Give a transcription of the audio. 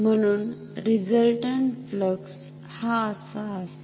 म्हणून resultant flux हा असा असेल